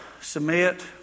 Submit